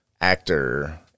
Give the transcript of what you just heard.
actor